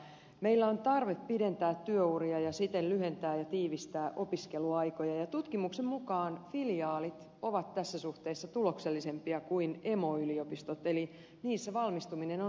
meillä on tarve pidentää työuria ja siten lyhentää ja tiivistää opiskeluaikoja ja tutkimuksen mukaan filiaalit ovat tässä suhteessa tuloksellisempia kuin emoyliopistot eli niissä valmistuminen on nopeampaa